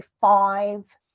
five